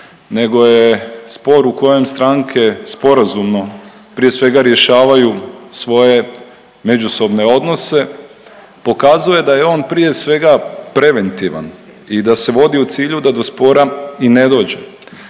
nego je spor u kojem stranke sporazumno prije svega rješavaju svoje međusobne odnose, pokazuje da je on prije svega preventivan i da se vodi u cilju da do spora i ne dođe.